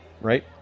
Right